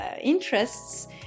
interests